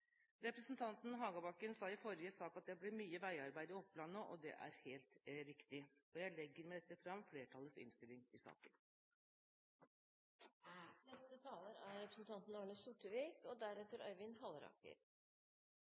Representanten Hagebakken sa i forrige sak at det blir mye veiarbeid i Oppland nå, og det er helt riktig. Jeg legger med dette fram flertallets innstilling i saken. Dette er